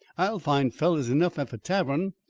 i'll find fellers enough at the tavern,